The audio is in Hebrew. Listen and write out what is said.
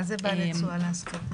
מה זה בעלי תשואה להשכלה?